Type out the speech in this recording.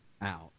out